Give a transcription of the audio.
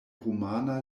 rumana